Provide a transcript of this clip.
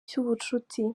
cy’ubucuti